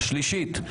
שלישית,